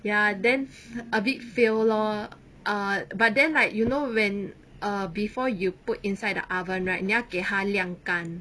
ya then a bit fail lor ah but then like you know when err before you put inside the oven right 你要给它晾干